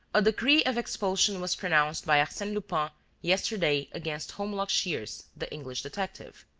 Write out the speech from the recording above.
a decree of expulsion was pronounced by arsene lupin yesterday against holmlock shears, the english detective.